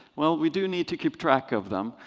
well, we do need to keep track of them.